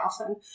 often